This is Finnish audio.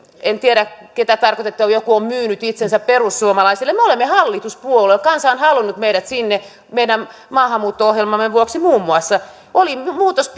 en tiedä ketä tarkoititte joku on myynyt itsensä perussuomalaisille me olemme hallituspuolue kansa on halunnut meidät sinne muun muassa meidän maahanmuutto ohjelmamme vuoksi oli muutos